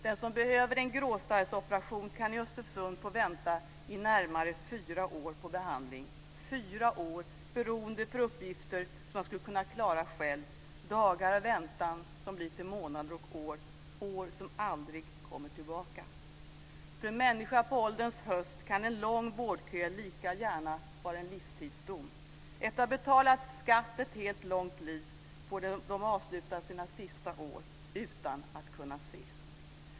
Den som behöver en gråstarrsoperation kan i Östersund få vänta i närmare fyra år på behandling, fyra år av beroende för uppgifter som man skulle kunna klara själv, dagar av väntan som blir till månader och år, år som aldrig kommer tillbaka. För en människa på ålderns höst kan en lång vårdkö lika gärna vara en livstidsdom. Efter att ha betalat skatt i hela sitt liv får man avsluta sina sista år utan att kunna se.